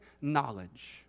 knowledge